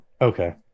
Okay